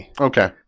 Okay